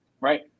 Right